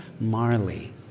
Marley